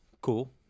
Cool